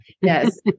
Yes